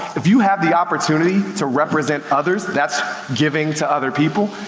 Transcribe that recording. if you have the opportunity to represent others, that's giving to other people.